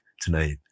tonight